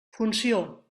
funció